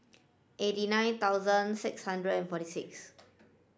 eighty nine thousand six hundred and forty six